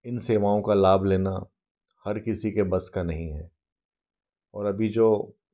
इन सेवाओं का लाभ लेना हर किसी के वश का नहीं है और अभी जो